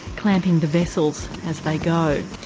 clamping the vessels as they go.